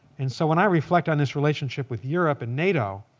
and so when i reflect on this relationship with europe and nato,